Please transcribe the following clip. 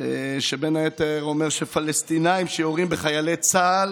שבין היתר אומר שפלסטינים שיורים בחיילי צה"ל